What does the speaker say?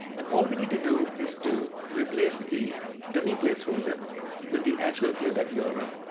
and all we need to do is to replace the dummy placeholder with the actual playback yeah url.